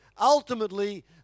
ultimately